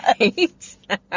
right